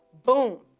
boom,